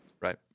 Right